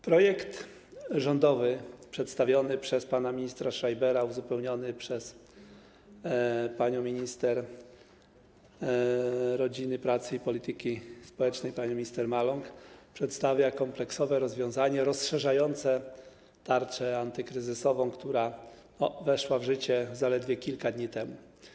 Projekt rządowy przedstawiony przez pana ministra Schreibera, uzupełniony przez minister rodziny, pracy i polityki społecznej, panią minister Maląg, przedstawia kompleksowe rozwiązanie rozszerzające przepisy związane z tarczą antykryzysową, które weszły w życie zaledwie kilka dni temu.